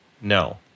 no